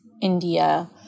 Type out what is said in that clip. India